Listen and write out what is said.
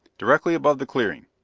directly above the clearing.